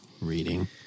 reading